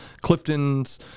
Clifton's